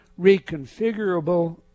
reconfigurable